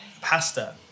pasta